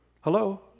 Hello